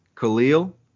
Khalil